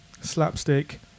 slapstick